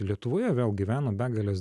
lietuvoje vėl gyveno begalės